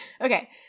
Okay